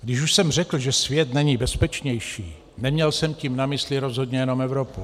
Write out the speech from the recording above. Když už jsem řekl, že svět není bezpečnější, neměl jsem tím na mysli rozhodně jenom Evropu.